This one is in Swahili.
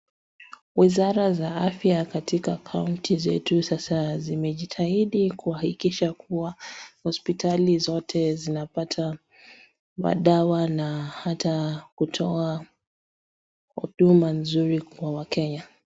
Wizara za afya katika county zetu sasa zimejitahidi kuhakikisha kuwa hospitali zote zinapata madawa na hata kutoa huduma nzuri kwa wakenya .